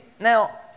now